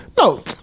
No